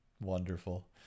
wonderful